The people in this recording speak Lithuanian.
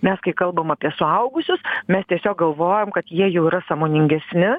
mes kai kalbam apie suaugusius mes tiesiog galvojam kad jie jau yra sąmoningesni